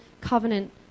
covenant